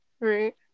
right